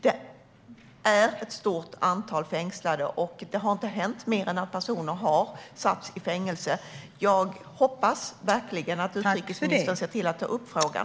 Det är ett stort antal fängslade, och det har inte hänt mer än att personer har satts i fängelse. Jag hoppas verkligen att utrikesministern ser till att ta upp frågan.